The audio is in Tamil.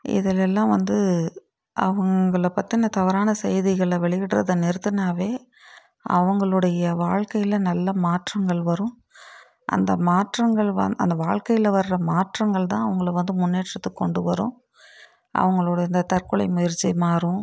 இதுலெல்லாம் வந்து அவங்கள பற்றுன தவறான செய்திகளை வெளியிகிடுறத நிறுத்துனாவே அவங்களுடைய வாழ்க்கையில் நல்ல மாற்றங்கள் வரும் அந்த மாற்றங்கள் வந் அந்த வாழ்க்கையில் வர்ற மாற்றங்கள் தான் அவங்கள வந்து முன்னேற்றத்துக்கு கொண்டு வரும் அவங்களுடைய இந்த தற்கொலை முயற்சி மாறும்